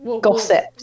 Gossip